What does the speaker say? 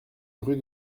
rue